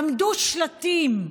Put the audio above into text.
עמדו שלטים: